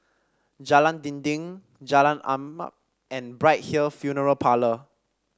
Jalan Dinding Jalan Arnap and Bright Hill Funeral Parlour